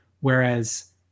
Whereas